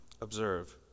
Observe